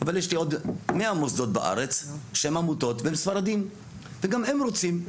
אבל יש לי עוד 100 מוסדות בארץ שהם עמותות והם ספרדים וגם הם רוצים,